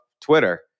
Twitter